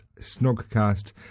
Snugcast